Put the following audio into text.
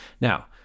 Now